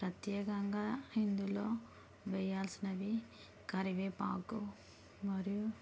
ప్రత్యేకంగా ఇందులో వేయాల్సిన అవి కరివేపాకు మరియు